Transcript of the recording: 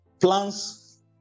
plans